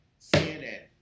CNN